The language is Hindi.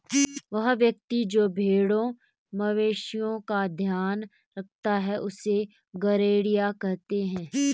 वह व्यक्ति जो भेड़ों मवेशिओं का ध्यान रखता है उससे गरेड़िया कहते हैं